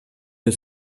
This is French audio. que